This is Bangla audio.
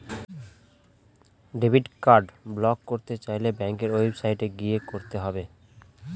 ডেবিট কার্ড ব্লক করতে চাইলে ব্যাঙ্কের ওয়েবসাইটে গিয়ে করতে হবে